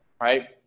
right